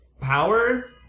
power